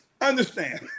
understand